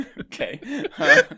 Okay